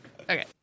Okay